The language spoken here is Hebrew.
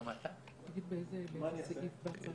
הצבעה בעד ההסתייגות 2 נגד,